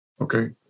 okay